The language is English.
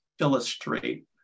illustrate